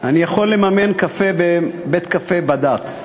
אני יכול לממן קפה בבית-קפה בד"ץ.